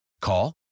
Call